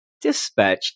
Dispatch